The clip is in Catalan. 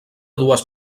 dues